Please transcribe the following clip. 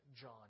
John